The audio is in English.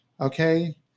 okay